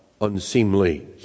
unseemly